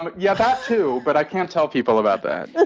but yeah that, too, but i can't tell people about that.